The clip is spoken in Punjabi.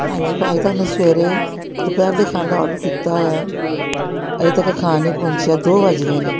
ਹਾਂਜੀ ਭਾਅ ਜੀ ਤੁਹਾਨੂੰ ਸਵੇਰੇ ਦੁਪਹਿਰ ਦੇ ਖਾਣੇ ਦਾ ਔਡਰ ਕੀਤਾ ਹੋਇਆ ਅਜੇ ਤੱਕ ਖਾਣਾ ਨਹੀਂ ਪਹੁੰਚਿਆ ਦੋ ਵੱਜ ਗਏ ਨੇ